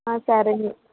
సరే